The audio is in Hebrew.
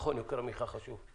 נכון, יוקר המחיה חשוב.